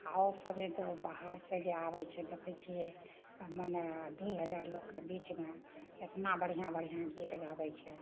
आओर सब एक दऽ बाहरसँ जे आबैत छै देखैत छियै मने दुइ हजार लोकके बिचमे एतना बढ़िआँ बढ़िआँ गीत गाबैत छै